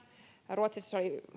ruotsissa